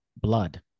blood